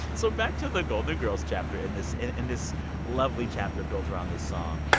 so back to the golden girls chapter, in this in and this lovely chapter built around this song,